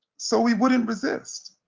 so we wouldn't resist.